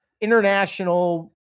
international